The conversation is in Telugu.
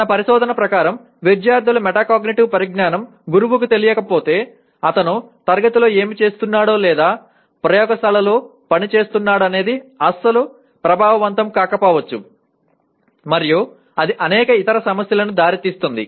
మన పరిశోధన ప్రకారం విద్యార్థుల మెటాకాగ్నిటివ్ పరిజ్ఞానం గురువుకు తెలియకపోతే అతను తరగతిలో ఏమి చేస్తున్నాడో లేదా ప్రయోగశాలలో పనిచేస్తున్నాడనేది అస్సలు ప్రభావవంతం కాకపోవచ్చు మరియు అది అనేక ఇతర సమస్యలకు దారితీస్తుంది